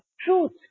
truth